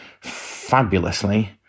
fabulously